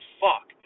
fuck